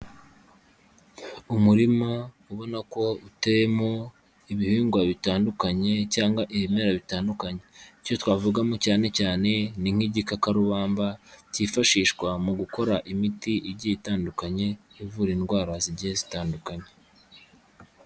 Umurima ubona ko uteyemo ibihingwa bitandukanye cyangwa ibimera bitandukanye, icyo twavugamo cyane cyane ni nk'igikakarubamba cyifashishwa mu gukora imiti igiye itandukanye, ivura indwara zigiye zitandukanye.